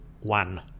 one